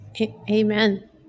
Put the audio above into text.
Amen